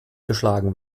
geschlagen